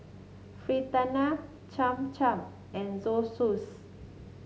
Fritada Cham Cham and Zosui